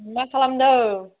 मा खालामदों